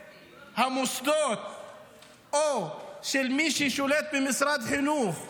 המוסדות או של מי ששולט במשרד החינוך היום,